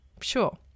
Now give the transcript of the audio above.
sure